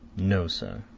no, sir.